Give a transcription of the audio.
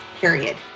period